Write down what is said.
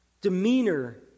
demeanor